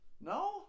No